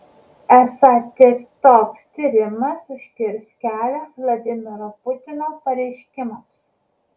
esą tik toks tyrimas užkirs kelią vladimiro putino pareiškimams